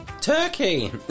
Turkey